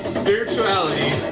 spirituality